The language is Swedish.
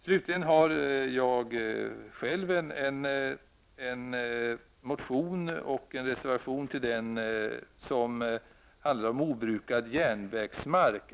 Slutligen har jag själv en motion och en reservation som handlar om obrukad järnvägsmark.